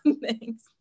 Thanks